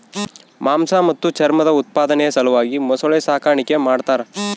ಮಾಂಸ ಮತ್ತು ಚರ್ಮದ ಉತ್ಪಾದನೆಯ ಸಲುವಾಗಿ ಮೊಸಳೆ ಸಾಗಾಣಿಕೆ ಮಾಡ್ತಾರ